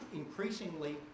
increasingly